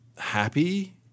Happy